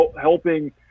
helping